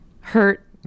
hurt